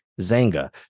Zanga